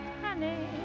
honey